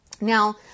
Now